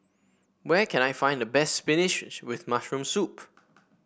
where can I find the best spinach with mushroom